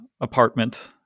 apartment